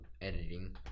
editing